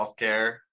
healthcare